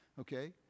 okay